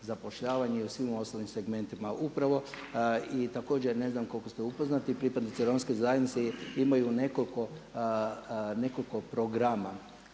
zapošljavanja i u svim ostalim segmentima. I također, ne znam koliko ste upoznati pripadnici Romske zajednice imaju nekoliko programa